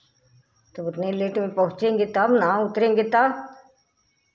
तब उतनी लेट में पहुँचेंगे तब ना उतरेंगे तब